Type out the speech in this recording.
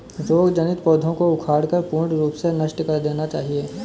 रोग जनित पौधों को उखाड़कर पूर्ण रूप से नष्ट कर देना चाहिये